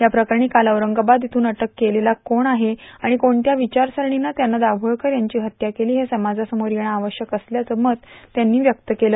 या प्रकरणी काल औरंगाबाद इथून अटक केलेला कोण आहे आणि कोणत्या विचारसरणीनं त्यानं दाभोलकर यांची हत्या केली हे समाजासमोर येणं आवश्यक असल्याचं मत त्यांनी व्यक्त केलं